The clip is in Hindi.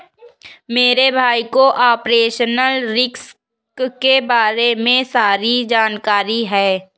मेरे भाई को ऑपरेशनल रिस्क के बारे में सारी जानकारी है